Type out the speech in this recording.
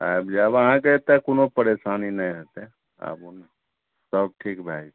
आबि जाएब अहाँके एतऽ कोनो परेशानी नहि होयतै आबू ने सब ठीक भए जेतै